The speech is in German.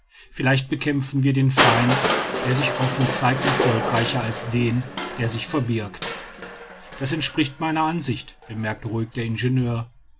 vielleicht bekämpfen wir den feind der sich offen zeigt erfolgreicher als den der sich verbirgt das entspricht meiner ansicht bemerkte ruhig der ingenieur